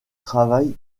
travail